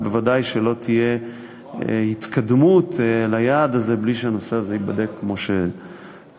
ובוודאי שלא תהיה התקדמות ליעד הזה בלי שהנושא הזה ייבדק כמו שצריך.